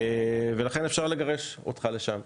ולכן אפשר לגרש אותך לשם.